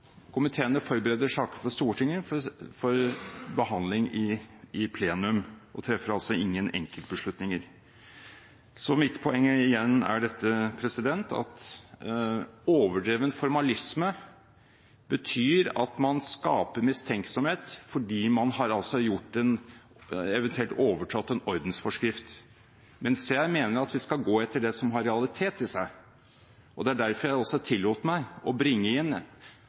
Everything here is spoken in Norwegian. Komiteene forbereder saker for Stortinget, for behandling i plenum, og treffer altså ingen enkeltbeslutninger. Så, igjen: Mitt poeng er at overdreven formalisme betyr at man skaper mistenksomhet fordi man eventuelt har overtrådt en ordensforskrift, mens jeg mener at vi skal gå etter det som har realitet i seg. Og det er derfor jeg tillot meg å bringe inn